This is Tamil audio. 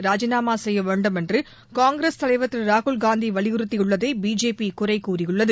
ராஜினாமா செய்யவேண்டும் என்று காங்கிரஸ் தலைவர் திரு ராகுல்காந்தி வலியுறுத்தியுள்ளதை பிஜேபி குறைகூறியுள்ளது